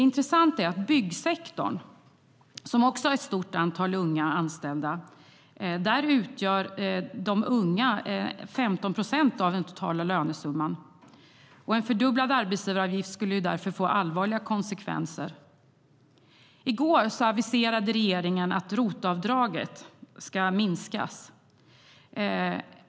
Intressant är att i byggsektorn, som också har ett stort antal unga anställda, utgör de unga 15 procent av den totala lönesumman, och en fördubblad arbetsgivaravgift skulle därför få allvarliga konsekvenser. I går aviserade regeringen att ROT-avdraget ska minskas.